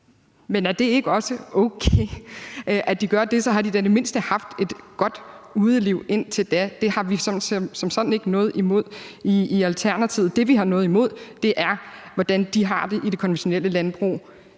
Men er det ikke også okay, at de gør det? Så har de da i det mindste haft et godt udeliv indtil da. Det har vi som sådan ikke noget imod i Alternativet. Det, vi har noget imod, er, hvordan de har det i det konventionelle landbrug,